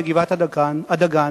בגבעת-הדגן,